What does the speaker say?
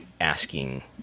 asking